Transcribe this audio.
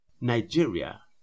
Nigeria